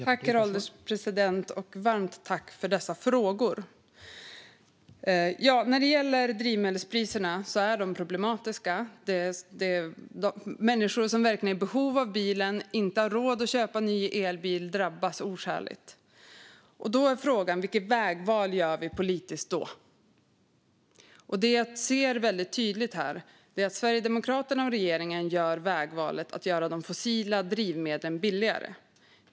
Herr ålderspresident! Varmt tack till ledamoten för dessa frågor! När det gäller drivmedelspriserna är de problematiska. Människor som verkligen är i behov av bil och inte har råd att köpa ny elbil drabbas oskäligt hårt. Frågan är vilket politiskt vägval man gör då. Det jag ser väldigt tydligt här är att Sverigedemokraterna och regeringen väljer att göra de fossila drivmedlen billigare.